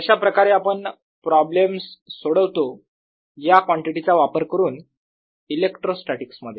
कशाप्रकारे आपण प्रॉब्लेम्स सोडवतो या कॉन्टिटीचा वापर करून इलेक्ट्रोस्टॅटीक्स मध्ये